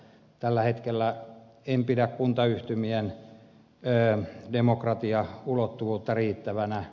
tällä hetkellä en pidä kuntayhtymien demokratiaulottuvuutta riittävänä